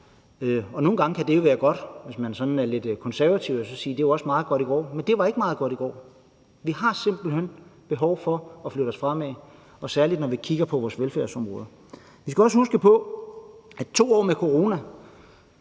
nogle gange kan det jo være godt, hvis man sådan er lidt konservativ, at sige, at det også var meget godt i går. Men det var ikke meget godt i går, og vi har simpelt hen et behov for at flytte os fremad, og særlig når vi kigger på vores velfærdsområder. Vi skal også huske på, at 2 år med corona